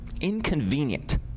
inconvenient